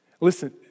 listen